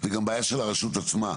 זו גם בעיה של הרשות עצמה.